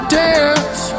dance